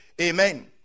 Amen